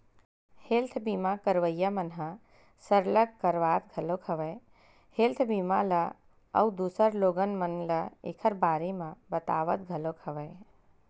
health बीमा करवइया मन ह सरलग करवात घलोक हवय हेल्थ बीमा ल अउ दूसर लोगन मन ल ऐखर बारे म बतावत घलोक हवय